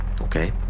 okay